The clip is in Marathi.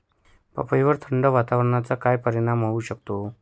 पपईवर थंड वातावरणाचा काय परिणाम होऊ शकतो?